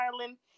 Ireland